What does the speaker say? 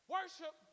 Worship